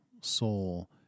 soul